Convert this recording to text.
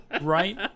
Right